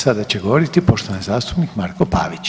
Sada će govoriti poštovani zastupnik Marko Pavić.